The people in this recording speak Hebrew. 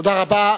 תודה רבה.